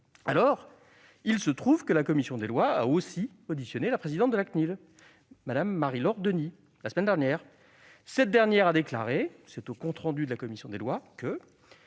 » Il se trouve que la commission des lois a aussi auditionné la présidente de la CNIL, Mme Marie-Laure Denis, la semaine dernière. Cette dernière a déclaré- cela figure au compte rendu de la commission des lois -